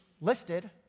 listed